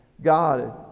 God